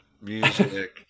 music